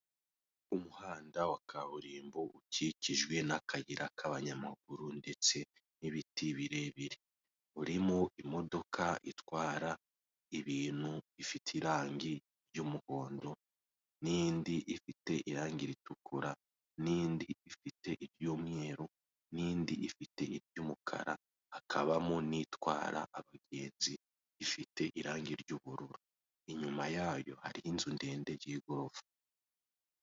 Umuhanda wa kaburimbo ukikijwe n'akayira k'abanyamaguru ndetse n'ibiti birebire, urimo imodoka itwara ibintu ifite irangi ry'umuhondo n'indi ifite irangi ritukura n'indi ifite iry'umweru n'indi ifite iry'umukara, hakabamo n'itwara abagenzi ifite irangi ry'ubururu, inyuma yayo hari inzu ndende y'igorofa.